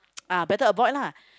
ah better avoid lah